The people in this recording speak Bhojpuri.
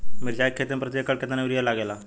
मिरचाई के खेती मे प्रति एकड़ केतना यूरिया लागे ला?